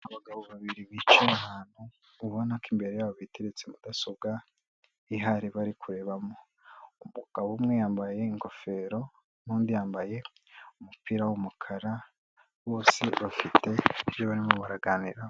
Abagabo babiri bicaye ahantu ubona ko imbere yabo biteretse mudasobwa ahari bari kurebamo. Umugabo umwe yambaye ingofero n'undi yambaye umupira w'umukara bose bafite ibyo barimo baraganiraho.